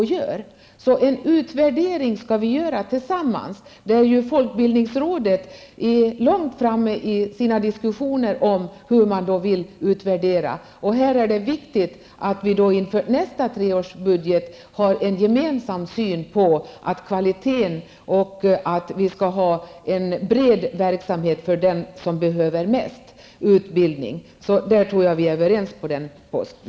Vi skall göra en utvärdering tillsammans, och folkbildningsrådet är långt framme i sina diskussioner om hur man vill utvärdera detta. Det är viktigt att vi inför nästa treårsbudget har en gemensam syn på kvalitet och på att vi skall ha en bred verksamhet för den som behöver mest utbildning. Jag tror att vi är överens på den punkten.